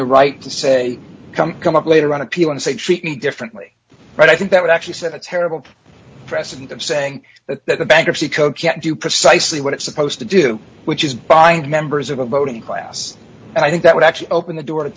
the right to say come come up later on appeal and say treat me differently but i think that would actually set a terrible precedent of saying that the bankruptcy code can't do precisely what it's supposed to do which is bind members of a voting class and i think that would actually open the door to